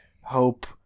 Hope